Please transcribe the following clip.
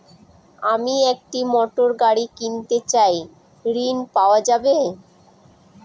আমি একটি মোটরগাড়ি কিনতে চাই ঝণ পাওয়া যাবে?